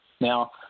now